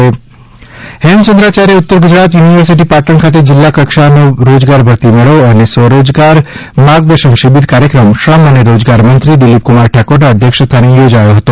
રોજગાર ભરતી મેળો પાટણ હેમચંદ્રાચાર્ય ઉત્તર ગુજરાત યુનિવર્સિટી પાટણ ખાતે જિલ્લા કક્ષાએ રોજગાર ભરતી મેળો અને સ્વરોજગાર માર્ગદર્શન શિબિર કાર્યક્રમ શ્રમ અને રોજગારમંત્રી દિલિપકુમાર ઠાકોરના અધ્યક્ષસ્થાને યોજાયો હતો